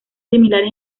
similares